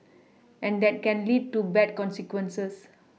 and that can lead to bad consequences